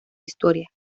historia